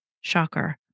Shocker